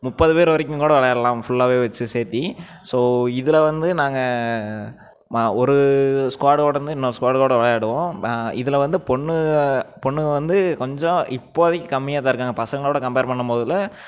முப்பது பேர் வரைக்கும் கூட விளையாடலாம் ஃபுல்லாகவே வச்சு சேத்து ஸோ இதில் வந்து நாங்கள் ஒரு ஸ்குவாடோடனு இன்னொரு ஸ்குவாடோட விளையாடுவோம் இதில் வந்து பொண்ணு பொண்ணுங்க வந்து கொஞ்சம் இப்போதைக்கு கம்மியாக தான் இருக்காங்க பசங்களோட கம்பேர் பண்ணும் போதுல